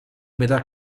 metà